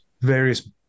various